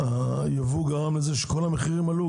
שהייבוא גרם לזה שכל המחירים עלו?